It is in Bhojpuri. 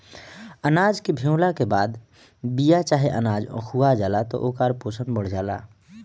अनाज के भेवला के बाद बिया चाहे अनाज अखुआ जाला त ओकर पोषण बढ़ जाला